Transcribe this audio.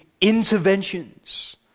interventions